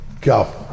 go